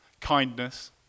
kindness